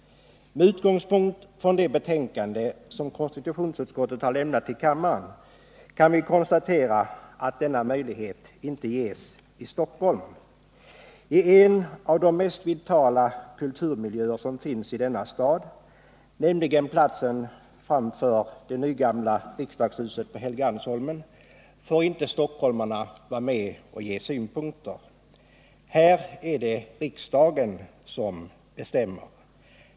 Med utgångspunkt i det betänkande som konstitutionsutskottet har lämnat till kammaären kan vi konstatera att denna möjlighet inte ges i Stockholm. I en fråga som berör en av de mest vitala kulturmiljöer som finns i denna stad — nämligen platsen framför det nygamla riksdagshuset på Helgeandsholmen — får inte stockholmarna vara med och ge synpunkter. Här är det riksdagen som bestämmer.